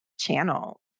Channel